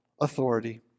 authority